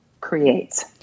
creates